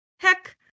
Heck